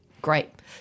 Great